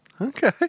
Okay